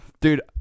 Dude